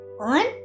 on